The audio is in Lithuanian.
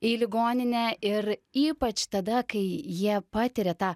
į ligoninę ir ypač tada kai jie patiria tą